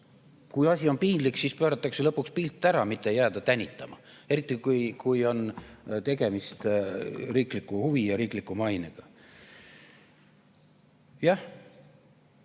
Kui asi on piinlik, siis pööratakse lõpuks pilt ära, mitte ei jääda tänitama, eriti kui on tegemist riigi huvi ja mainega. Jah,